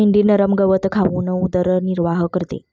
मेंढी नरम गवत खाऊन उदरनिर्वाह करते